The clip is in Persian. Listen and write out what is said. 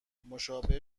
مشابه